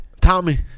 Tommy